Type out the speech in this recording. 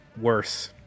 Worse